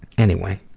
anyway,